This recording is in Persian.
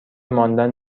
ماندن